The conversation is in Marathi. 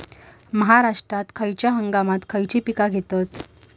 महाराष्ट्रात खयच्या हंगामांत खयची पीका घेतत?